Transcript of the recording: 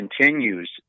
continues